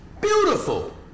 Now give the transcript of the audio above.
Beautiful